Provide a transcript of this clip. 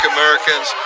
Americans